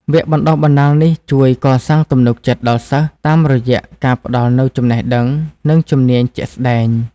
វគ្គបណ្តុះបណ្តាលនេះជួយកសាងទំនុកចិត្តដល់សិស្ស តាមរយៈការផ្ដល់នូវចំណេះដឹង និងជំនាញជាក់ស្តែង។